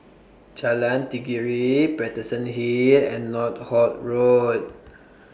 Jalan Tenggiri Paterson Hill and Northolt Road